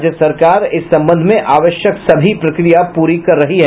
राज्य सरकार इस संबंध में आवश्यक सभी प्रक्रिया पूरी कर रही है